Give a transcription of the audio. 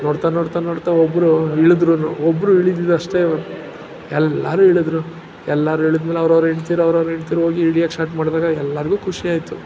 ನೋಡ್ತಾ ನೋಡ್ತಾ ನೋಡ್ತಾ ಒಬ್ಬರು ಇಳಿದ್ರು ಒಬ್ಬರು ಇಳಿದಿದ್ದಷ್ಟೇ ಎಲ್ಲರೂ ಇಳಿದ್ರು ಎಲ್ಲರೂ ಇಳಿದ್ಮೇಲ್ ಅವ್ರವ್ರ ಹೆಂಡ್ತೀರು ಅವ್ರವ್ರ ಹೆಂಡ್ತೀರು ಹೋಗಿ ಇಳಿಯೋಕ್ ಸ್ಟಾರ್ಟ್ ಮಾಡಿದಾಗ ಎಲ್ಲರಿಗೂ ಖುಷಿಯಾಯಿತು